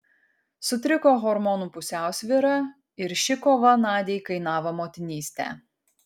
sutriko hormonų pusiausvyra ir ši kova nadiai kainavo motinystę